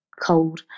cold